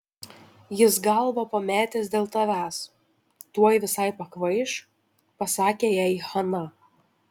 jis galvą pametęs dėl tavęs tuoj visai pakvaiš pasakė jai hana